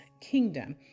kingdom